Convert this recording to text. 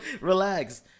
Relax